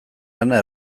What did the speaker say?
lana